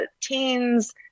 teens